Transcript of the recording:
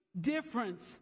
difference